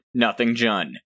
NOTHINGJUN